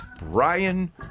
Brian